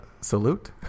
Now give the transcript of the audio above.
salute